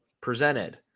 presented